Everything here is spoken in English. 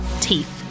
teeth